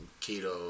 keto